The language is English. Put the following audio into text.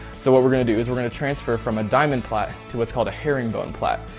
so what we're going to do is we're going to transfer from a diamond plait to what's called a herringbone plait.